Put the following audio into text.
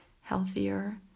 healthier